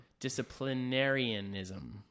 Disciplinarianism